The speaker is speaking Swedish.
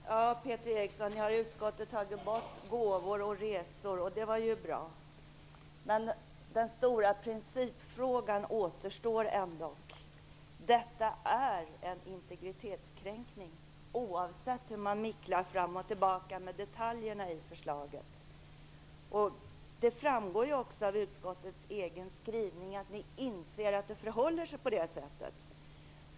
Fru talman! Ja, Peter Eriksson, ni har i utskottet tagit bort resor och gåvor. Det var ju bra. Men den stora principfrågan återstår ändock. Detta är en integritetskränkning oavsett hur man "micklar" fram och tillbaka med detaljerna i förslaget. Det framgår ju också av utskottets egen skrivning att ni inser att det förhåller sig på det sättet.